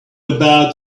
about